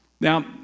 Now